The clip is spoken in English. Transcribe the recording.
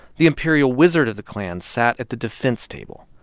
the imperial wizard of the klan sat at the defense table.